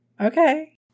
Okay